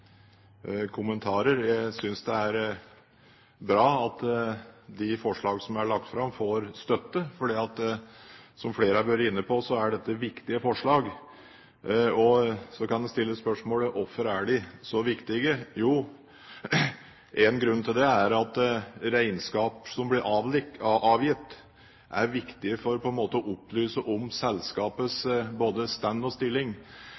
lagt fram, får støtte fordi, som flere har vært inne på, dette er viktige forslag. Så kan en stille spørsmål om hvorfor de er så viktige. En grunn til det er at regnskap som blir avgitt, er viktige for på en måte å opplyse om selskapets stand og stilling.